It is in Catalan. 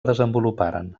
desenvoluparen